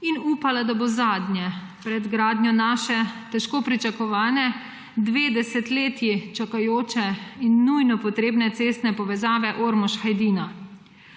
in upala, da bo zadnje pred gradnjo naše težko pričakovane dve desetletji čakajoče in nujno potrebne cestne povezave Ormož–Hajdina.